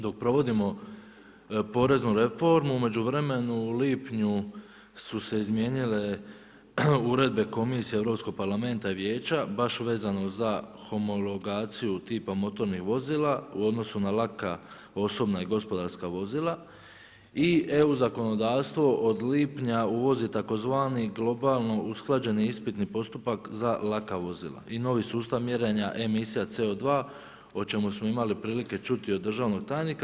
Dok provodimo poreznu reformu u međuvremenu u lipnju su se izmijenile uredbe Komisije Europskog parlamenta i Vijeća baš vezano za homologaciju tipa motornih vozila u odnosu na laka osobna i gospodarska vozila i EU zakonodavstvo od lipnja uvozi tzv. globalno usklađeni ispitni postupak za laka vozila i novi sustav mjerenja emisija CO2 o čemu smo imali prilike čuti od državnog tajnika.